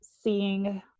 seeing